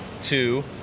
two